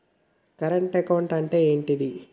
Current account అంటే ఏంటిది?